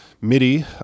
MIDI